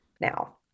now